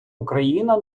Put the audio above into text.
україна